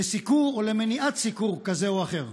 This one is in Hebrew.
לסיקור או למניעת סיקור כזה או אחר,